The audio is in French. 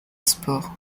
sport